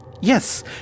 Yes